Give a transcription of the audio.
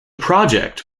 project